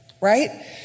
right